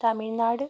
Tamil Nadu